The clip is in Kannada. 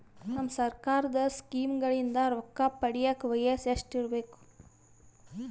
ನಮ್ಮ ಸರ್ಕಾರದ ಸ್ಕೀಮ್ಗಳಿಂದ ರೊಕ್ಕ ಪಡಿಯಕ ವಯಸ್ಸು ಎಷ್ಟಿರಬೇಕು?